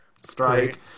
strike